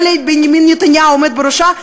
ולבנימין נתניהו העומד בראשה,